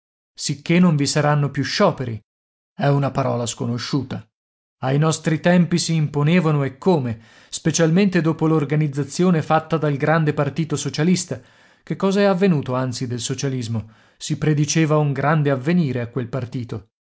sicché non vi saranno più scioperi è una parola sconosciuta ai nostri tempi si imponevano e come specialmente dopo l'organizzazione fatta dal grande partito socialista che cosa è avvenuto anzi del socialismo si prediceva un grande avvenire a quel partito